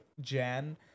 Jan